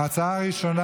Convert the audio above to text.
ההצעה הראשונה,